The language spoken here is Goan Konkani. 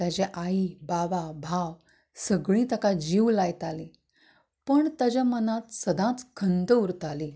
ताजी आई बाबा भाव सगळींच ताका जीव लायतालीं पूण ताज्या मनांत सदांच खंत उरताली